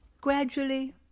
gradually